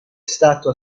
stato